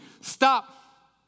stop